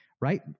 right